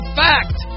fact